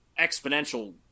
exponential